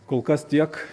kol kas tiek